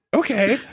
okay.